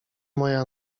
moja